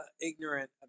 ignorant